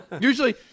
usually